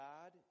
God